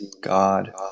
God